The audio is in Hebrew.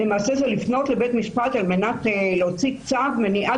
למעשה זה לפנות לבית משפט על מנת להוציא צו מניעה